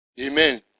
Amen